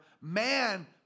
man